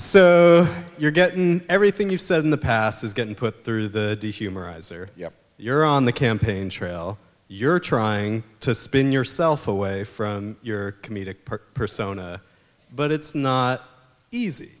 so you're getting everything you said in the past is getting put through the humor eyes or you're on the campaign trail you're trying to spin yourself away from your comedic park persona but it's not easy